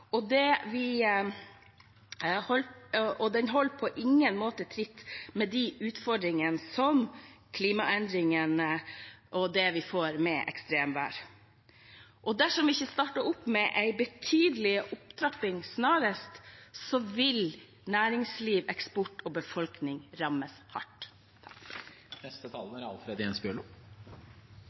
og den holder på ingen måte tritt med de utfordringene som klimaendringene og ekstremvær skaper. Dersom vi ikke starter opp med en betydelig opptrapping snarest, vil næringsliv, eksport og befolkning rammes hardt. I førre sak, om bypakke i Ålesund, var representanten Sve og Framstegspartiet relativt usamde med underskrivne og Venstre. Det er